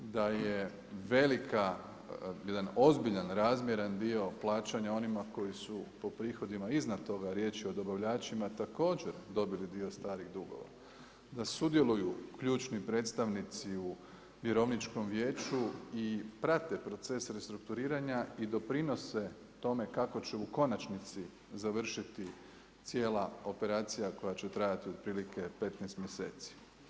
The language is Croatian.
Da je velika, jedan ozbiljan razmjeran dio plaćanja onima koji su po prihodima iznad toga riječ je o dobavljačima također dobili dio starih dugova, da sudjeluju ključni predstavnici u vjerovničkom vijeću i prate proces restrukturiranja i doprinose tome kako će u konačnici završiti cijela operacija koja će trajati otprilike 15 mjeseci.